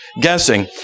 guessing